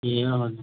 ए हजुर